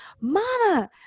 mama